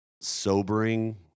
sobering